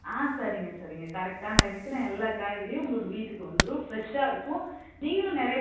ஆ சரிங்க சரிங்க கரெக்டான டைமுக்கு நான் எல்லா காய்கறியும் உங்களுக்கு வீட்டுக்கு வந்துடும் ஃப்ரெஷ்ஷாக இருக்கும் நீங்களும் நிறைய